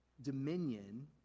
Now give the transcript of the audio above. dominion